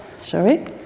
sorry